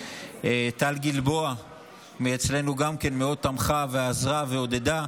גם טל גלבוע מאצלנו מאוד תמכה ועזרה ועודדה.